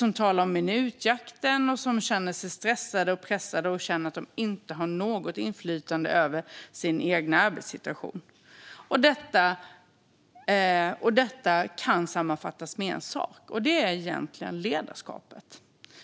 De talar om minutjakt, känner sig stressade och pressade och upplever att de inte har något inflytande över sin egen arbetssituation. Detta kan sammanfattas med en sak, och det är ledarskapet.